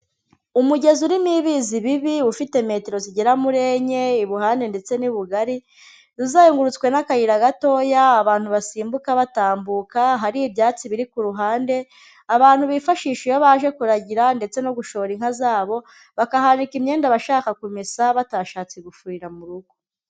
Umugezi urimo ibizi bibi, ufite metero zigera muri enye ibuhande ndetse n'ibugari, uzengurutswe n'akayira gatoya, abantu basimbuka batambuka, hari ibyatsi biri ku ruhande abantu bifashisha iyo baje kuragira ndetse no gushora inka zabo, bakahanika imyenda abashaka kumesa, batashatse gufurira mu rugo.